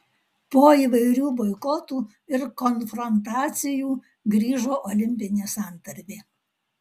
po įvairių boikotų ir konfrontacijų grįžo olimpinė santarvė